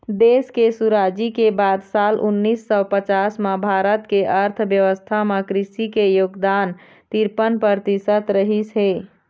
देश के सुराजी के बाद साल उन्नीस सौ पचास म भारत के अर्थबेवस्था म कृषि के योगदान तिरपन परतिसत रहिस हे